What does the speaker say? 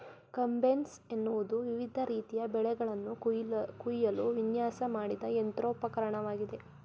combines ಎನ್ನುವುದು ವಿವಿಧ ರೀತಿಯ ಬೆಳೆಗಳನ್ನು ಕುಯ್ಯಲು ವಿನ್ಯಾಸ ಮಾಡಿದ ಯಂತ್ರೋಪಕರಣವಾಗಿದೆ